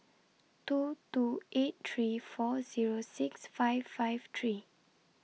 two two eight three four Zero six five five three